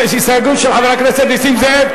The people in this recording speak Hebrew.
הסתייגות של חבר הכנסת נסים זאב,